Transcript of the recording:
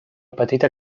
petita